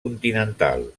continental